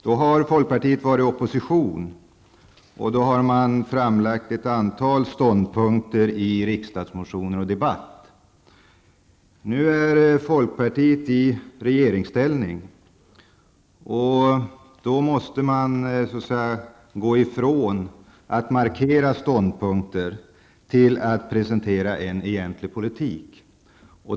Då har folkpartiet varit i opposition och framlagt ett antal ståndpunkter i riksdagsmotioner och debatt. Nu är folkpartiet i regeringsställning, och då måste man gå från att markera ståndpunkter till att presentera en egentlig politik.